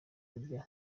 kurya